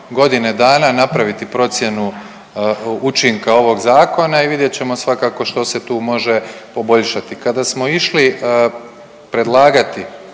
godine dana napraviti procjenu učinka ovog zakona i vidjet ćemo svakako što se tu može poboljšati. Kada smo išli predlagati